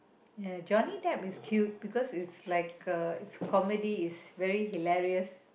uh Johnny-Depp is cute because it's like uh it's comedy it's very hilarious